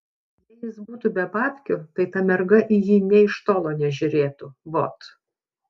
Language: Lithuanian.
jei jis butų be babkių tai ta merga į jį nė iš tolo nežiūrėtų vot